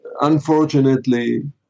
Unfortunately